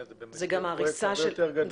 זה במסגרת פרויקט הרבה יותר גדול.